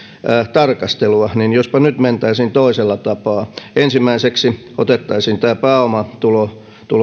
tarkastelua niin jospa nyt mentäisiin toisella tapaa ensimmäiseksi otettaisiin tämä pääomatuloilla